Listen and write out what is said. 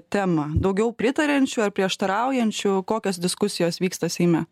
temą daugiau pritariančių ar prieštaraujančių kokios diskusijos vyksta seime